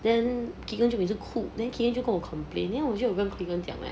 then keegan 每次哭 then 跟我 complain then 我就有跟 keegan 讲 leh